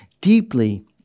deeply